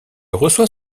reçoit